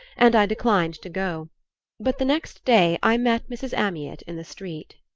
and i declined to go but the next day i met mrs. amyot in the street.